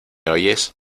oyes